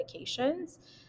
medications